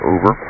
Over